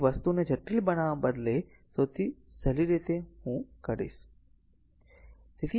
તેથી વસ્તુને જટિલ બનાવવાને બદલે સૌથી સહેલી રીતે કરીશું